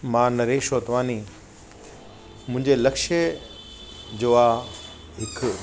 मां नरेश होतवानी मुंहिंजो लक्ष्य जो आहे हिकु